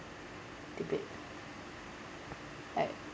debate I